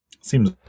Seems